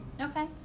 Okay